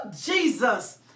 Jesus